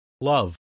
love